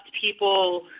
people